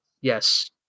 Yes